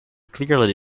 clearly